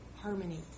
harmony